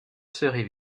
serai